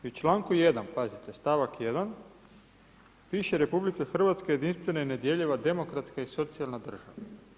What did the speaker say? I u članku 1. pazite, stavak 1. piše RH jedinstvena je i nedjeljiva demokratska i socijalna država.